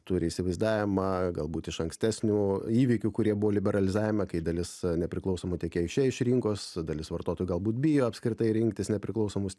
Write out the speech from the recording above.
turi įsivaizdavimą galbūt iš ankstesnių įvykių kurie buvo liberalizavime kai dalis nepriklausomų tiekėjų išėjo iš rinkos dalis vartotojų galbūt bijo apskritai rinktis nepriklausomus